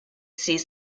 sees